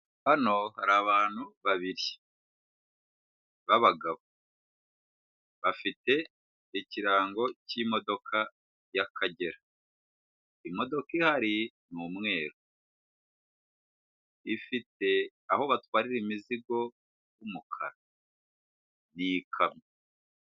Hano hari abantu babiri b'abagabo bafite ikirango cy'imodoka y'akagera, imodoka ihari n'umweru ifite aho batwara imizigo umukara ni ikamyo.